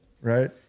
right